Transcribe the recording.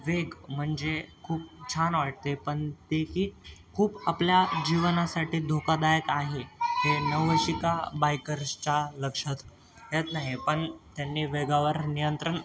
वेग म्हणजे खूप छान वाटते आहे पण तेही खूप आपल्या जीवनासाठी धोकादायक आहे हे नवशिका बाईकर्सच्या लक्षात येत नाही पण त्यांनी वेगावर नियंत्रण